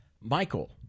Michael